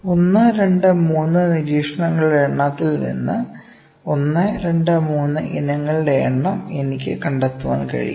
1 2 3 നിരീക്ഷണങ്ങളുടെ എണ്ണത്തിൽ നിന്ന് 1 2 3 ഇനങ്ങളുടെ എണ്ണം എനിക്ക് കണ്ടെത്താൻ കഴിയും